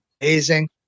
amazing